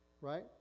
right